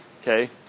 okay